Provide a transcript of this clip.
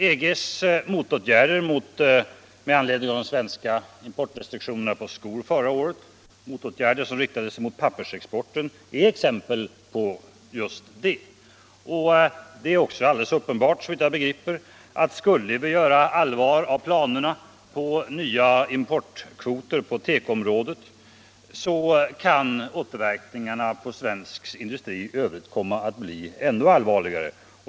EG:s motåtgärder med anledning av de svenska importrestriktionerna för skor förra året — motåtgärder som riktade sig mot pappersexporten — är exempel på just detta. Det är också alldeles uppenbart, såvitt jag begriper, att skulle vi göra allvar av planerna på nya importkvoter på tekoområdet, så kan återverkningarna på svensk industri i övrigt komma att bli ännu allvarligare.